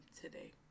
today